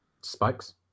Spikes